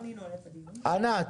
ענת.